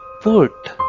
put